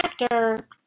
actor